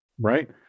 Right